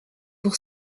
pour